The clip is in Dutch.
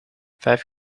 vijf